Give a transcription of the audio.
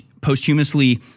posthumously –